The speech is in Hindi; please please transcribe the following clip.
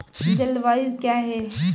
जलवायु क्या है?